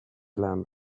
land